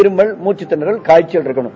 இருமல் மூக்கத்தினறல் காய்ச்சல் இருக்கணம்